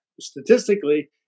statistically